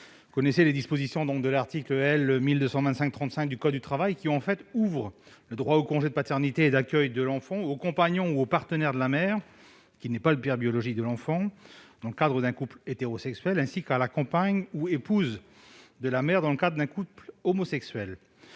vaut la peine qu'on s'y attarde. L'article L. 1225-35 du code du travail ouvre le droit au congé de paternité et d'accueil de l'enfant au compagnon ou au partenaire de la mère, qui n'est pas le père biologique de l'enfant, dans le cadre d'un couple hétérosexuel, ainsi qu'à la compagne ou épouse de la mère, dans le cadre d'un couple homosexuel.